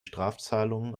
strafzahlungen